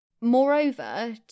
Moreover